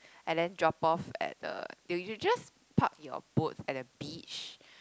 and then drop off at the you just park your boat at the beach